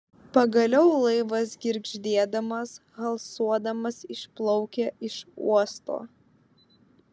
pagaliau laivas girgždėdamas halsuodamas išplaukė iš uosto